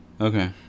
Okay